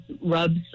rubs